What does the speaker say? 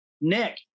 Nick